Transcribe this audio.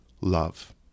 love